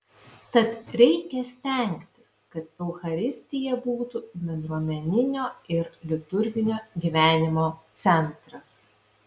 tad reikia stengtis kad eucharistija būtų bendruomeninio ir liturginio gyvenimo centras